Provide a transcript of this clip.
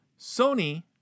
Sony